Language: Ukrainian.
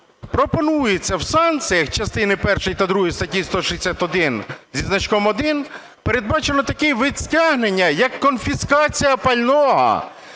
пропонується в санкціях частин першої та другої статті 161 зі значком 1 передбачено такий вид стягнення як конфіскація пального,